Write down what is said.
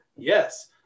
yes